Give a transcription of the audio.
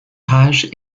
rage